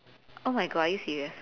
oh my god are you serious